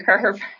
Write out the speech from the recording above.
curve